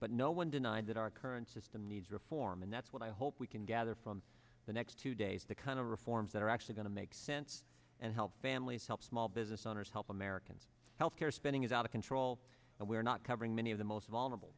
but no one denied that our current system needs reform and that's what i hope we can gather from the next two days the kind of reforms that are actually going to make sense and help families help small business owners help americans health care spending is out of control and we're not covering many of the most vulnerable